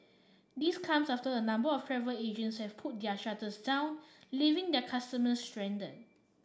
this comes after a number of travel agents have pulled their shutters down leaving their customers stranded